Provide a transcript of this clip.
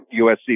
USC